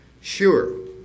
sure